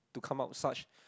to come out such